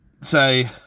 say